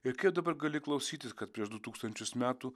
ir kiek dabar gali klausytis kad prieš du tūkstančius metų